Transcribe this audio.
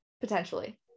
Potentially